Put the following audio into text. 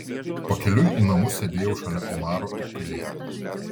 pakeliui į namus sėdėjau šalia omaro ir tylėjau